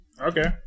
Okay